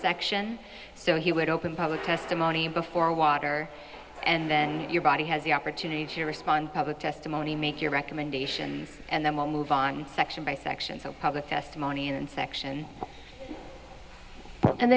section so he would open public testimony before water and then your body has the opportunity to respond public testimony make your recommendations and then move on section by section so public testimony and section and